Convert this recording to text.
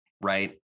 right